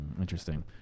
Interesting